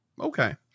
okay